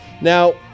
Now